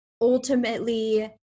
ultimately